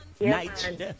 night